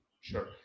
Sure